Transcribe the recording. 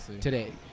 today